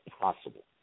possible